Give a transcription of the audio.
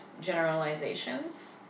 generalizations